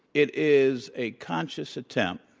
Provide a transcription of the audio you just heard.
it is a conscious attempt,